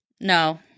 No